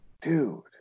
Dude